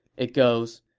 it goes,